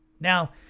Now